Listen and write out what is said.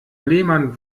lehmann